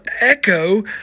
echo